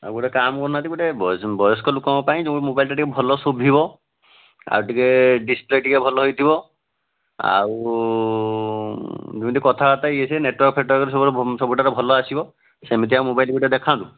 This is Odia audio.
ଆଉ ଗୋଟେ କାମ୍ କରୁନାହାନ୍ତି ଗୋଟେ ବୟସ୍କ ଲୋକଙ୍କ ପାଇଁ ଯେଉଁ ମୋବାଇଲ୍ଟା ଟିକିଏ ଭଲ ଶୁଭିବ ଆଉ ଟିକିଏ ଡିସପ୍ଲେ ଟିକିଏ ଭଲ ହେଇଥିବ ଆଉ ଯେମିତି କଥାବାର୍ତ୍ତା ଇଏ ସିଏ ନେଟୱାର୍କ୍ ଫେଟୱାର୍କ୍ ସବୁଠାରୁ ଭଲ ଆସିବ ସେମିତିଆ ମୋବାଇଲ୍ ଗୋଟେ ଦେଖାନ୍ତୁ